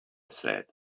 said